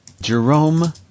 Jerome